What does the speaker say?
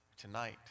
tonight